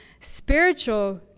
spiritual